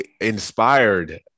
inspired –